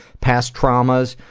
past traumas,